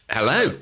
Hello